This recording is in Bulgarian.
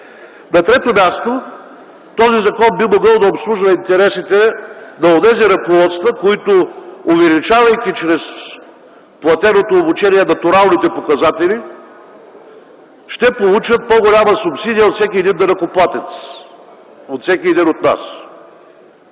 На трето място, този закон би могъл да обслужва интересите на онези ръководства, които, увеличавайки чрез платеното обучение натуралните показатели, ще получат по-голяма субсидия от всеки един данъкоплатец – от всеки един от нас.